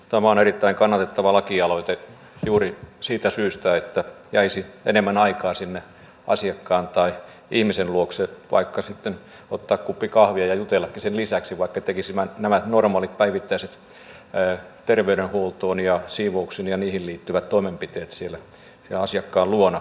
tämä on erittäin kannatettava lakialoite juuri siitä syystä että jäisi enemmän aikaa sinne ihmisen luokse vaikka sitten ottaa kuppi kahvia ja jutellakin sen lisäksi vaikka tekisi nämä normaalit päivittäiset terveydenhuoltoon ja siivoukseen ja niihin liittyvät toimenpiteet siellä asiakkaan luona